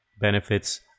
benefits